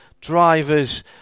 drivers